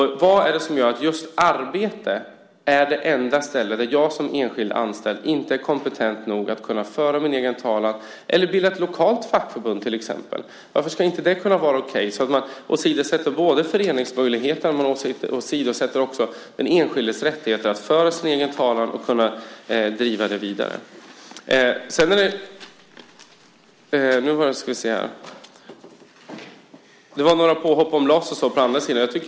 Vad är det som gör att just arbetet är det enda ställe där jag som enskild anställd inte är kompetent nog att föra min egen talan eller bilda ett lokalt fackförbund? Varför ska inte det vara okej? Man åsidosätter föreningsmöjligheten men också den enskildes rättigheter att föra sin egen talan och driva frågan vidare. Det var några påhopp om LAS från andra sidan.